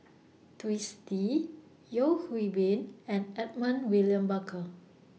Twisstii Yeo Hwee Bin and Edmund William Barker